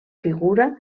figura